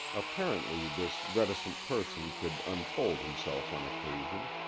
apparently this reticent person could unfold himself on occasion.